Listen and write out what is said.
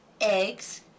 eggs